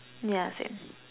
yeah same